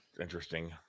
Interesting